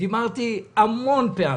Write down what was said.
דיברתי המון פעמים.